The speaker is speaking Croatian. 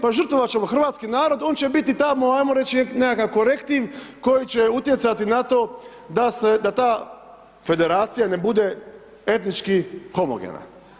Pa žrtvovati ćemo hrvatski narod, on će biti tamo, ajmo reći, nekakav korektiv koji će utjecati na to da ta Federacija ne bude etnički homogena.